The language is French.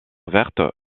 verte